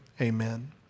Amen